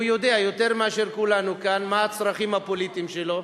והוא יודע יותר מכולנו כאן מה הצרכים הפוליטיים שלו.